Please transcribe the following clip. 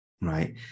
right